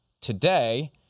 today